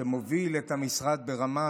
שמוביל את המשרד ברמה,